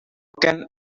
can